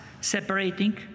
separating